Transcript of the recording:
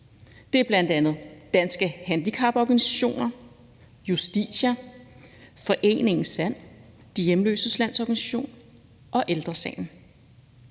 Det er bl.a. Danske Handicaporganisationer, Justitia, foreningen SAND – De hjemløses landsorganisation og Ældre Sagen.